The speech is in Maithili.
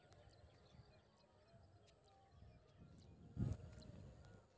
बेसी सं बेसी नागरिक कें सामाजिक सुरक्षा दए लेल भारत में राष्ट्रीय पेंशन योजना लागू छै